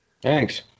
Thanks